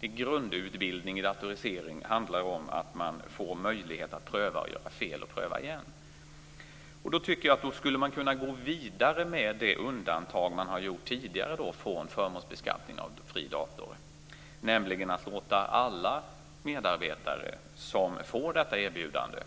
Det är grundutbildning i datorisering. Det handlar om att man får möjlighet att pröva och göra fel och pröva igen. Jag tycker att man skulle kunna gå vidare med det undantag från förmånsbeskattning av fri dator som man har gjort tidigare, nämligen att låta alla medarbetare som får detta erbjudande